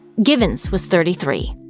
givens was thirty three.